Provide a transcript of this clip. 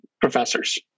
professors